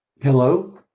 Hello